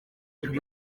turi